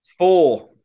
Four